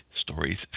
stories